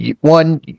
one